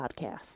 Podcasts